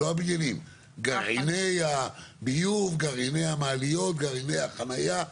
גרעיני הביוב, גרעיני המעליות, גרעיני החניה,